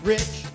Rich